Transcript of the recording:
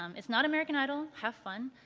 um it's not american idol, have fun.